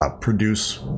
produce